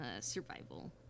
survival